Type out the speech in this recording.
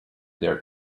their